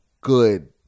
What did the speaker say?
good